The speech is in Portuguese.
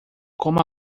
coma